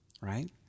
right